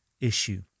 issue